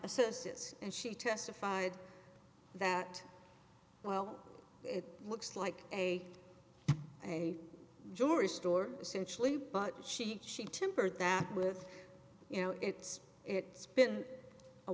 services and she testified that well it looks like a a jury store essentially but she she tempered that with you know it's it's been a